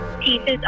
pieces